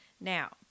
Now